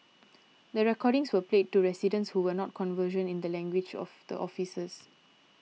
the recordings were played to residents who were not conversant in the language of the officers